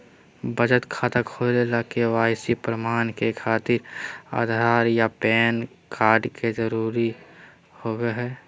बचत खाता खोले ला के.वाइ.सी प्रमाण के खातिर आधार आ पैन कार्ड के जरुरत होबो हइ